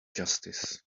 justice